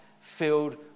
filled